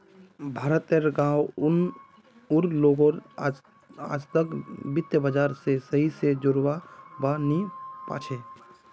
भारत तेर गांव उर लोग आजतक वित्त बाजार से सही से जुड़ा वा नहीं पा छे